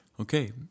Okay